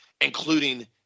including